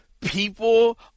People